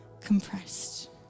compressed